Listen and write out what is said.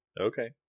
Okay